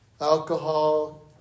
alcohol